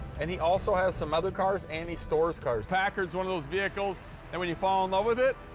and he also has some other cars, and he stores cars. packard's one of those vehicles that and when you fall in love with it,